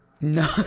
No